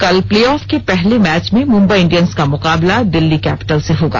कल प्लेऑफ के पहले मैच में मुंबई इंडियन्स का मुकाबला दिल्ली कैपिटल्स से होगा